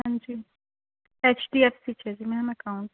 ਹਾਂਜੀ H D F C 'ਚ ਹੈ ਮੈਮ ਅਕਾਊਂਟ